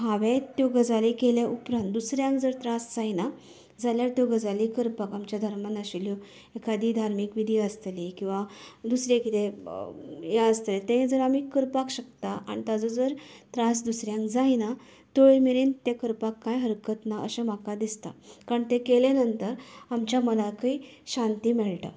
हांवें त्यो गजाली केले उपरान दुसऱ्यांक जर त्रास जायना जाल्यार त्यो गजाली करपाक आमच्या धर्मान आशिल्ल्यो एखादी धार्मीक विधी आसतली किंवां दुसरें कितेंय यें आसतलें तेंय जर आमी करपाक शकता आन् ताचो जर त्रास दुसऱ्यांक जायना तो मेरेन तें करपाक कांय हरकत ना अशें म्हाका दिसता कारण तें केलें नंतर आमच्या मनाकूय शांती मेळटा